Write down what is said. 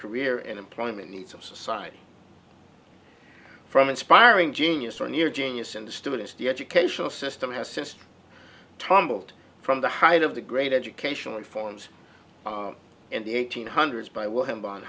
career and employment needs of society from inspiring genius or near genius in the students the educational system has since tumbled from the height of the great educational reforms in the eighteen hundreds by will